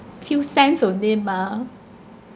few cents only mah